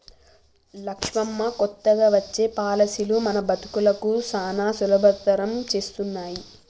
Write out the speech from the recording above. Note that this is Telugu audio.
లక్ష్మమ్మ కొత్తగా వచ్చే పాలసీలు మన బతుకులను సానా సులభతరం చేస్తున్నాయి